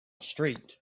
street